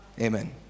Amen